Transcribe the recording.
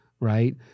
Right